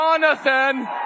Jonathan